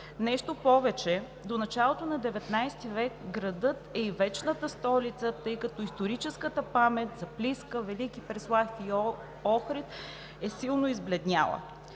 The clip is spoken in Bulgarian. Нещо повече, до началото на XIX век градът е и вечната столица, тъй като историческата памет за Плиска, Велики Преслав и Охрид е силно избледняла.